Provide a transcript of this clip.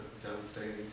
devastating